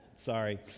Sorry